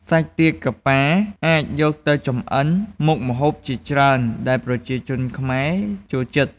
សាច់ទាកាប៉ាអាចយកទៅចម្អិនមុខម្ហូបជាច្រើនដែលប្រជាជនខ្មែរចូលចិត្ត។